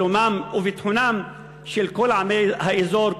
שלומם וביטחונם של כל עמי האזור,